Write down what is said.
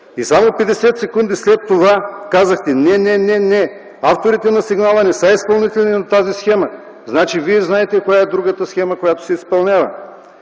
Само 50 секунди след това казахте: „Не, не, не, не, авторите на сигнала не са изпълнители на тази схема!” Значи Вие знаете коя е другата схема, която се изпълнява.